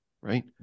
right